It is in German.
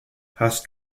hast